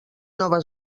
nova